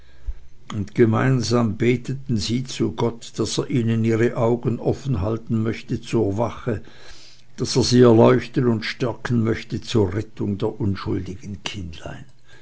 und gemeinsam beteten sie zu gott daß er ihnen ihre augen offenhalten möchte zur wache daß er sie erleuchten und stärken möchte zur rettung der unschuldigen kindlein